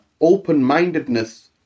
open-mindedness